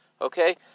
Okay